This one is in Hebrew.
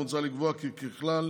מוצע לקבוע כי ככלל,